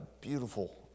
beautiful